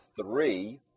three